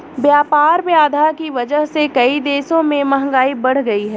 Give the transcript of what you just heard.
व्यापार बाधा की वजह से कई देशों में महंगाई बढ़ गयी है